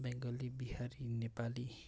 Bengali Bihari Nepali